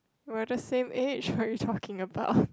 we're the same age what are you talking about